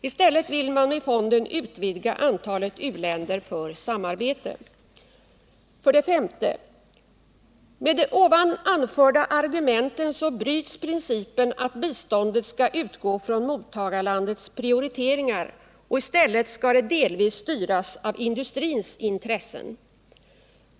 I stället vill man med fonden utvidga antalet u-länder för samarbete. 5. Med de här anförda argumenten bryts principen att biståndet skall utgå från mottagarländernas prioriteringar. I stället skall det delvis styras av industrins intressen.